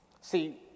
See